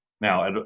Now